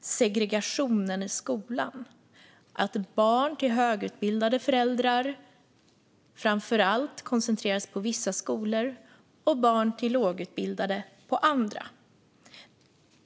segregationen i skolan: Barn till framför allt högutbildade föräldrar koncentreras på vissa skolor och barn till lågutbildade koncentreras på andra.